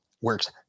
works